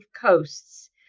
coasts